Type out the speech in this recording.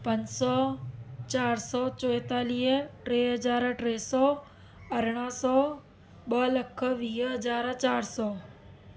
पंज सौ चारि सौ चोएतालीह टे हजार टे सौ अरिणा सौ ॿ लख वीह हज़ार चारि सौ